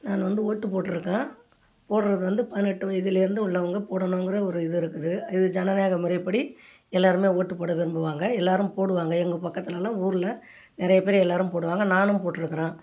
நான் வந்து ஓட்டுப் போட்டிருக்கேன் போடுறது வந்து பதினெட்டு வயதுலேர்ந்து உள்ளவங்க போடணுங்கிற ஒரு இது இருக்குது இது ஜனநாயக முறைப்படி எல்லோருமே ஓட்டுப் போட விரும்புவாங்க எல்லோரும் போடுவாங்க எங்கள் பக்கத்திலலாம் ஊரில் நிறையாப் பேர் எல்லோரும் போடுவாங்க நானும் போட்டிருக்குறேன்